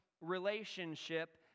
relationship